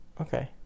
Okay